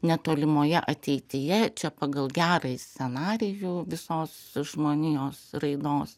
netolimoje ateityje čia pagal gerąjį scenarijų visos žmonijos raidos